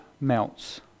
melts